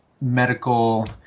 medical